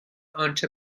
آنچه